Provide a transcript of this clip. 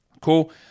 Cool